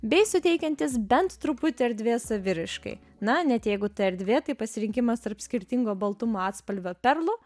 bei suteikiantys bent truputį erdvės saviraiškai na net jeigu ta erdvė tai pasirinkimas tarp skirtingo baltumo atspalvio perlų